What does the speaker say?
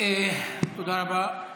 תודה רבה.